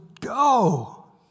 go